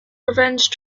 revenge